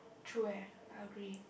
true eh I agree